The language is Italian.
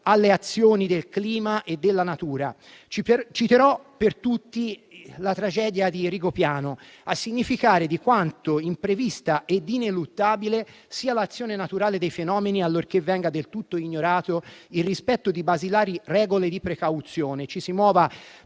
alle azioni del clima e della natura. Citerò per tutte la tragedia di Rigopiano, a significare quanto imprevista e ineluttabile sia l'azione naturale dei fenomeni, allorché venga del tutto ignorato il rispetto di basilari regole di precauzione e ci si muova